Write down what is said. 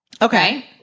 Okay